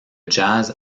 jazz